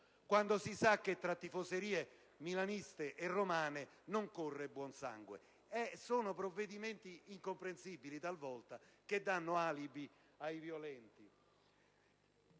quando si sa che tra tifoserie milanista e romane non corre buon sangue. Sono provvedimenti incomprensibili, talvolta, che danno alibi ai violenti.